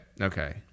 okay